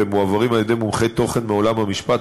והם מועברים על-ידי מומחי תוכן מעולם המשפט,